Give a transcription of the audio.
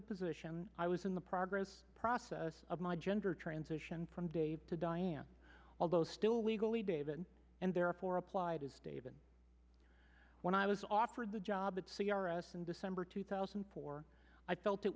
the position i was in the progress process of my gender transition from day to diane although still legally david and therefore applied as david when i was offered the job at c r s in december two thousand and four i felt it